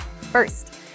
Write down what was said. First